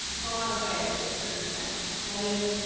gone away in a certain sense. that is,